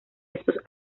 estos